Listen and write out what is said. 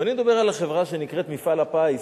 ואני מדבר על החברה שנקראת מפעל הפיס.